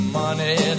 money